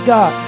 God